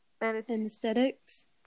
anesthetics